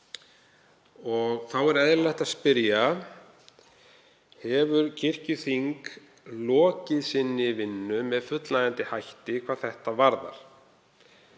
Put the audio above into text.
Þá er eðlilegt að spyrja: Hefur kirkjuþing lokið sinni vinnu með fullnægjandi hætti hvað það varðar?